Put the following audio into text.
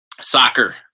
Soccer